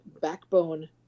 backbone